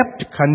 kept